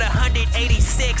186